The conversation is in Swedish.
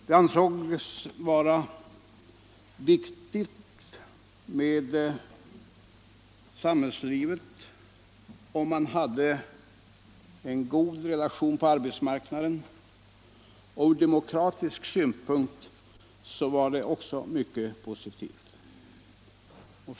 Det ansågs vara viktigt för samhällslivet om man hade goda relationer på arbetsmarknaden, och detta var också mycket positivt ur demokratisk synpunkt.